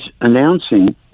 announcing